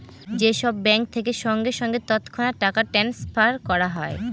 যে সব ব্যাঙ্ক থেকে সঙ্গে সঙ্গে তৎক্ষণাৎ টাকা ট্রাস্নফার করা হয়